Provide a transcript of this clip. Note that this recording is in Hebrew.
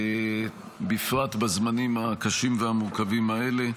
בפרט בזמנים הקשים והמורכבים האלה.